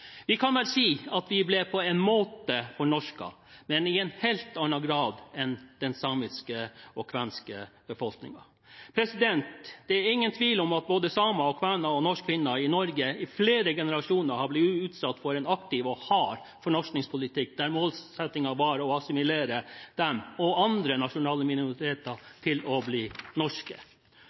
Vi kan vel si at vi på en måte ble fornorsket, men i en helt annen grad enn den samiske og kvenske befolkningen. Det er ingen tvil om at både samer, kvener og norskfinner i Norge i flere generasjoner har blitt utsatt for en aktiv og hard fornorskingspolitikk, der målsettingen var å assimilere dem og andre nasjonale minoriteter til å bli norske.